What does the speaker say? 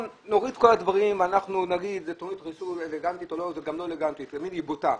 זאת גם לא תכנית אלגנטית אלא היא בוטה.